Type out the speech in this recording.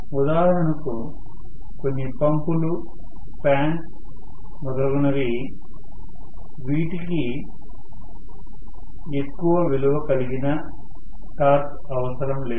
ఉదాహరణకు కొన్ని పంపులు ఫ్యాన్స్ మరియు మొదలైనవి వీటికి ఎక్కువ విలువ కలిగిన టార్క్ అవసరం లేదు